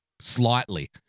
Slightly